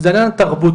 זה העניין התרבותי,